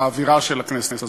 באווירה של הכנסת הזאת.